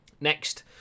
Next